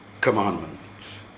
commandments